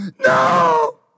No